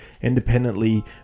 independently